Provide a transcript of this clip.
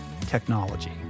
technology